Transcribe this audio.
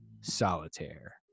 Solitaire